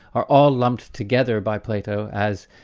are all lumped together by plato as,